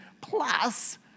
Plus